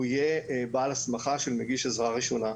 הוא יהיה בעל הסמכה של מגיש עזרה ראשונה.